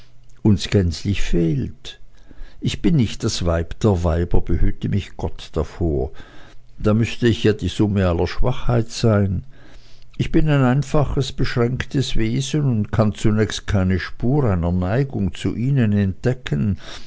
uns gänzlich fehlt ich bin nicht das weib der weiber behüte mich gott davor da müßte ich ja die summe aller schwachheit sein ich bin ein einfaches beschränktes wesen und kann zunächst keine spur einer neigung zu ihnen entdecken